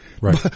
Right